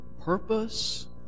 purpose